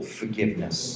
forgiveness